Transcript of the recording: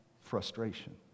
Frustration